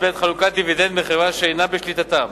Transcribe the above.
בעת חלוקת דיבידנד מחברה שאינה בשליטתם,